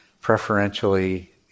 preferentially